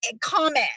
comment